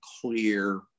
clear